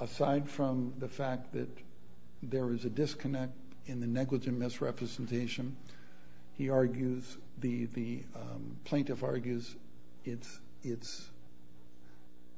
aside from the fact that there is a disconnect in the negative misrepresentation he argues the plaintiff argues it's it's